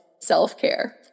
self-care